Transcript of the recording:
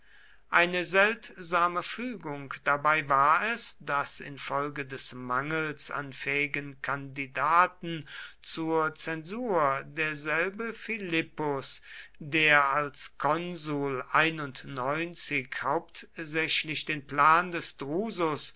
eine seltsame fügung dabei war es daß infolge des mangels von fähigen kandidaten zur zensur derselbe philippus der als konsul hauptsächlich den plan des drusus